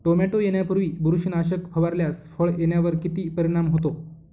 Tomato येण्यापूर्वी बुरशीनाशक फवारल्यास फळ येण्यावर किती परिणाम होतो?